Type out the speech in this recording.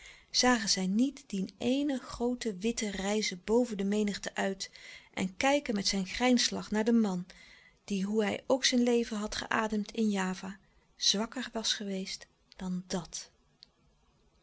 zagen zij niet dien éenen grooten witten rijzen boven de menigte uit en kijken met zijn grijnslach naar den man die hoe hij ook zijn leven geademd had in java zwakker was geweest dan dàt